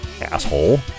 asshole